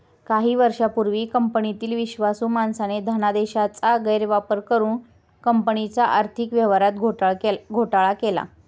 काही वर्षांपूर्वी कंपनीतील विश्वासू माणसाने धनादेशाचा गैरवापर करुन कंपनीच्या आर्थिक व्यवहारात घोटाळा केला